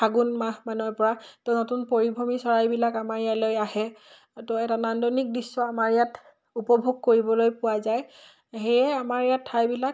ফাগুন মাহ মানুহৰ পৰা তো নতুন পৰিভ্ৰমী চৰাইবিলাক আমাৰ ইয়ালৈ আহে তো এটা নান্দনিক দৃশ্য আমাৰ ইয়াত উপভোগ কৰিবলৈ পোৱা যায় সেয়ে আমাৰ ইয়াত ঠাইবিলাক